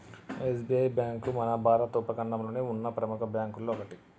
SBI bank మన భారత ఉపఖండంలోనే ఉన్న ప్రెముఖ బ్యేంకుల్లో ఒకటి